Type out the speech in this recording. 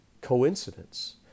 coincidence